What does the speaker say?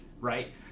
right